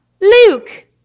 Luke